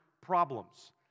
problems